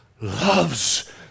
loves